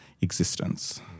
existence